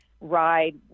ride